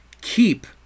keep